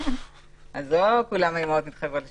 לא כל האימהות מתחייבות לשלם.